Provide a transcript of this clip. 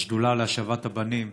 השדולה להשבת הבנים